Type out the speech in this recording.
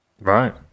Right